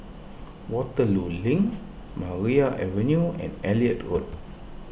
Waterloo Link Maria Avenue and Elliot Road